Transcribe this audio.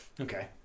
Okay